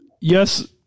yes